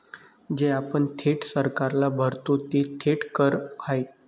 जे आपण थेट सरकारला भरतो ते थेट कर आहेत